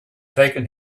taken